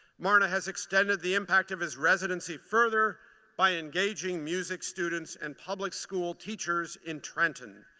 marna has extended the impact of his residency further by engaging music students and public school teachers in trenton.